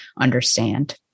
understand